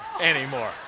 anymore